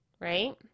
right